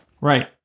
Right